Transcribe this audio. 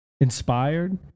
inspired